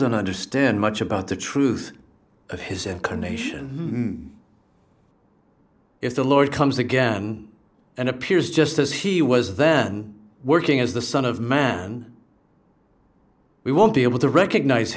don't understand much about the truth of his at ca nation may if the lord comes again and appears just as he was then working as the son of man we won't be able to recognize